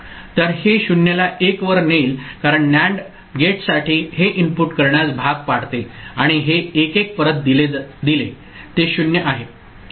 तर हे 0 ला 1 वर नेईल कारण NAND गेटसाठी हे इनपुट करण्यास भाग पाडते आणि हे 1 1 परत दिले ते 0 आहे